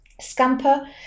Scamper